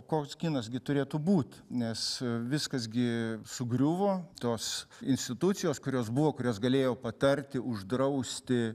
koks kinas gi turėtų būt nes viskas gi sugriuvo tos institucijos kurios buvo kurios galėjo patarti uždrausti